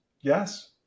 Yes